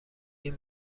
این